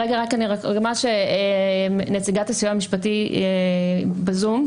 נציגת הסיוע המשפטי בזום,